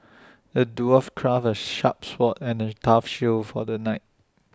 the dwarf crafted A sharp sword and A tough shield for the knight